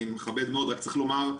אני מכבד מאוד אבל צריך לומר.